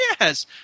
yes